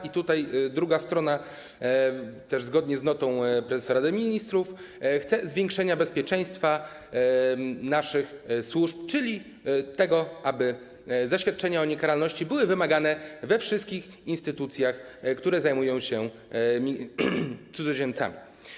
I tutaj druga strona, też zgodnie z notą prezesa Rady Ministrów, chce zwiększenia bezpieczeństwa naszych służb, czyli tego, aby zaświadczenia o niekaralności były wymagane we wszystkich instytucjach, które zajmują się cudzoziemcami.